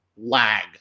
lag